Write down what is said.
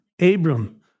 Abram